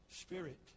spirit